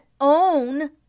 own